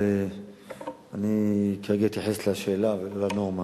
אבל אני כרגע אתייחס לשאלה ולא לנורמה.